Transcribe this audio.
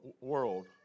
world